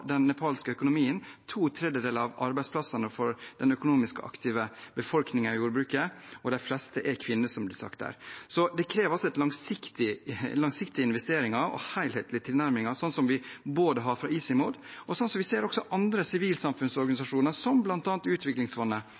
den nepalske økonomien, to tredjedeler av arbeidsplassene for den økonomisk aktive befolkningen i jordbruket, og de fleste er kvinner, som det blir sagt her. Det krever altså langsiktige investeringer og helhetlige tilnærminger, som vi både har fra ICIMOD og også ser hos andre sivilsamfunnsorganisasjoner, som bl.a. Utviklingsfondet,